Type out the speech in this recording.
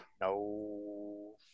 No